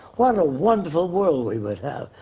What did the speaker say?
what a wonderful world we would have,